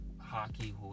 hockey